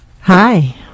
Hi